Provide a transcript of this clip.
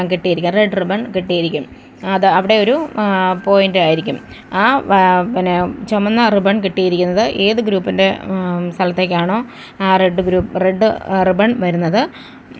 കെട്ടിയിരിക്കും red ribbon കെട്ടിയിരിക്കും അത് അവിടെ ഒരു പോയൻ്റാരിക്കും ആ വാ പിന്നെ ചുവന്ന റിബൺ കെട്ടിയിരിക്കുന്നത് ഏത് ഗ്രൂപ്പിൻ്റെ സ്ഥലത്തേക്കാണോ ആ റെഡ് ഗ്രൂപ്പ് റെഡ്ഡ് റിബൺ വരുന്നത്